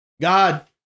God